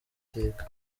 iteka